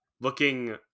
looking